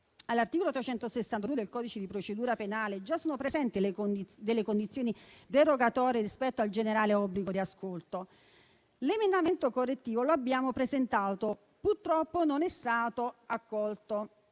all'articolo 362 del codice di procedura penale già sono presenti condizioni derogatorie rispetto al generale obbligo di ascolto. L'emendamento correttivo lo abbiamo presentato, ma purtroppo non è stato accolto.